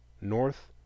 north